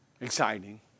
exciting